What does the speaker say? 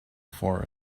forest